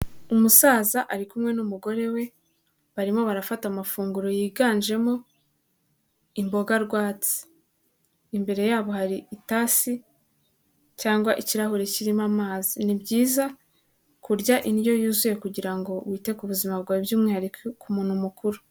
Umusaza ari kumwe n'umugore we, barimo barafata amafunguro yiganjemo imboga rwatsi. Imbere yabo hari itasi cyangwa ikirahure kirimo amazi. Ni byiza kurya indyo yuzuye, kugira ngo wite ku buzima bwawe by'umwihariko ku muntu mukuru.